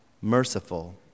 merciful